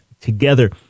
together